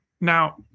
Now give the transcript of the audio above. Now